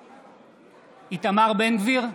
נגד איתמר בן גביר,